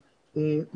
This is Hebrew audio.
אין לנו נתונים.